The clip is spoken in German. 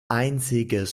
einziges